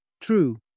True